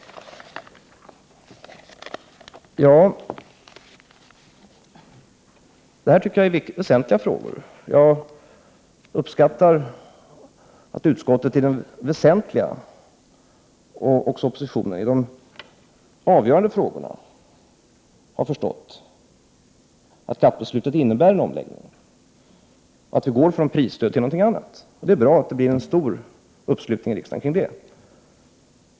Det här är angelägna frågor. Jag uppskattar att utskottet och oppositionen i allt väsentligt har förstått att GATT-beslutet innebär en omläggning och att vi går från prisstöd till någonting annat. Det är bra att det blir en stor uppslutning i riksdagen kring dessa avgörande frågor.